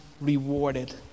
rewarded